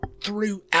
throughout